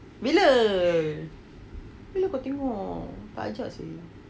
bila you kau tengok tak ajak seh